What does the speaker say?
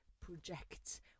project